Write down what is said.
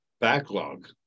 backlog